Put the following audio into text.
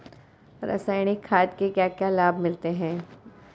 रसायनिक खाद के क्या क्या लाभ मिलते हैं?